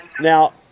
Now